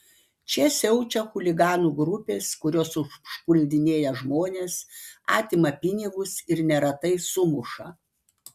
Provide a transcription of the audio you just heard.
čia siaučia chuliganų grupės kurios užpuldinėja žmones atima pinigus ir neretai sumuša